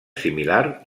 similar